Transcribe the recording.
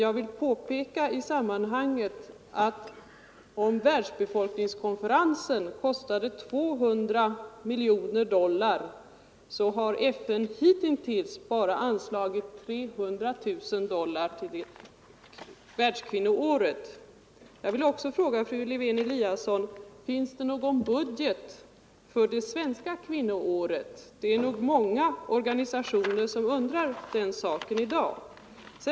I sammanhanget vill jag påpeka att medan världsbefolkningskonferensen kostade 200 miljoner dollar, så har FN hittills bara anslagit 300 000 dollar till världskvinnoåret. Jag vill också fråga fru Lewén-Eliasson: Finns det någon budget för det svenska kvinnoåret? Det är nog många organisationer som undrar det i dag.